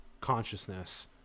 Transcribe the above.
consciousness